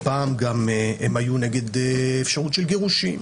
פעם גם הם היו נגד אפשרות של גירושין,